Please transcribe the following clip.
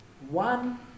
One